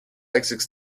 exits